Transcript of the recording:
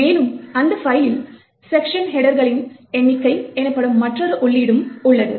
மேலும் அந்த பைலில் செக்க்ஷன் ஹெட்டர்களின் எண்ணிக்கை எனப்படும் மற்றொரு உள்ளீடும் உள்ளது